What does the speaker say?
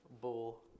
bull